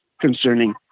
concerning